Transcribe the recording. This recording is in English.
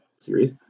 series